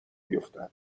بیفتد